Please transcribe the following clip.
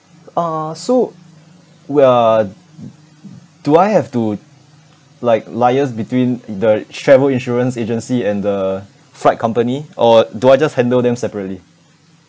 uh so w~ uh do I have to like liaise between the travel insurance agency and the flight company or do I just handle them separately